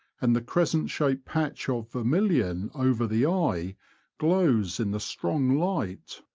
and the crescent-shaped patch of vermilion over the eye glows in the strong light.